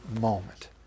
moment